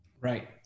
Right